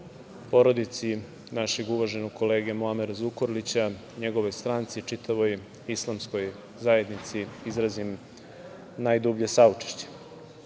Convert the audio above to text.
porodici našeg uvaženog kolege Muamera Zukorlića, njegovoj stranci i čitavoj islamskoj zajednici izrazim najdublje saučešće. Što